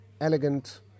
elegant